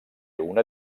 una